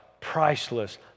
Priceless